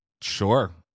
Sure